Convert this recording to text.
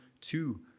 Two